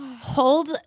Hold